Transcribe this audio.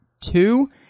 two